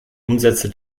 umsätze